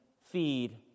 Feed